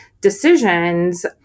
decisions